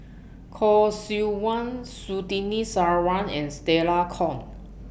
Khoo Seok Wan Surtini Sarwan and Stella Kon